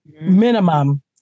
minimum